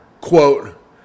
Quote